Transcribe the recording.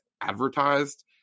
advertised